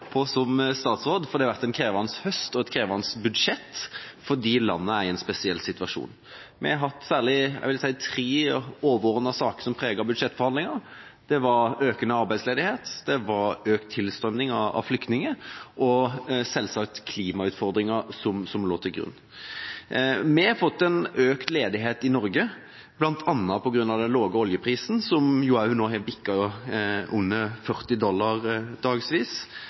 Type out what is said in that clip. i som statsråd. Det har vært en krevende høst og et krevende budsjett fordi landet er i en spesiell situasjon. Jeg vil si vi særlig har hatt tre overordnede saker som preget budsjettforhandlinga. Det var økende arbeidsledighet, økt tilstrømming av flyktninger og selvsagt klimautfordringa som lå til grunn. Vi har fått økt ledighet i Norge, bl.a. på grunn av den lave oljeprisen som i dagevis nå har bikket under 40 dollar.